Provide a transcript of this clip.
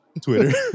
Twitter